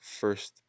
first